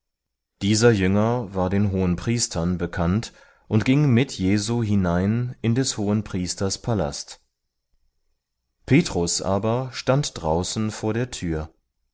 dieser jünger war den hohenpriestern bekannt und ging mit jesu hinein in des hohenpriesters palast petrus aber stand draußen vor der tür